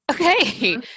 okay